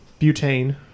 Butane